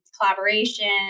collaboration